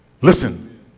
Listen